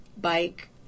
bike